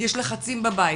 יש לחצים בבית